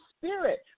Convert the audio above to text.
spirit